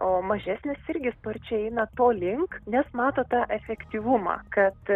o mažesnės irgi sparčiai eina to link nes mato tą efektyvumą kad